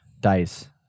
DICE